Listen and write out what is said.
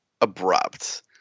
abrupt